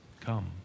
come